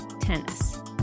tennis